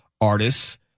artists